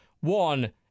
One